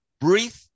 breathe